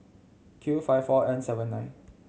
Q five four N seven nine